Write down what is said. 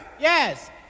Yes